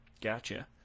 Gotcha